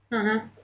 (uh huh)